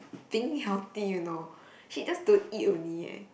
being healthy you know she just to eat only eh